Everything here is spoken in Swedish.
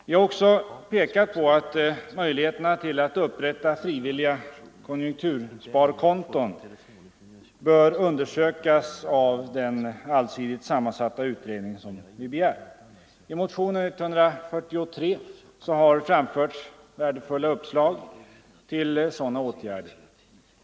Vi har vidare pekat på att möjligheterna till att upprätta frivilliga konjunktursparkonton bör undersökas av den allsidigt sammansatta utredning som vi begär. I motion 143 har framförts värdefulla uppslag till sådana åtgärder.